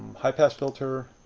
highpass filter.